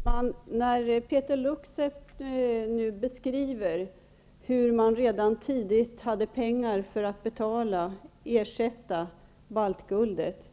Fru talman! Jag tycker att det klingar falskt när Peeter Luksep nu beskriver hur man redan tidigt hade pengar för att ersätta baltguldet.